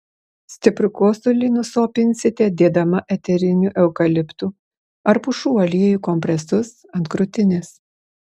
stiprų kosulį nuslopinsite dėdama eterinių eukaliptų ar pušų aliejų kompresus ant krūtinės